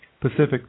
Pacific